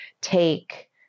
take